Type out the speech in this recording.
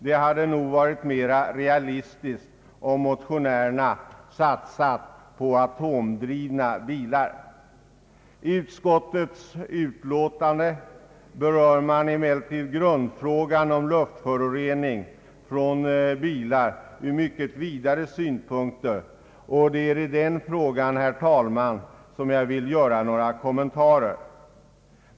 Det hade nog varit mer realistiskt om motionären satsat på atomdrivna bilar. I utskottets utlåtande berör man emellertid grundfrågan om luftförorening från bilar ur mycket vidare synpunkter, och det är i den frågan, herr talman, som jag vill göra några kommentarer.